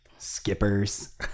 Skippers